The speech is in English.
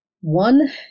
One